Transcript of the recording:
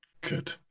good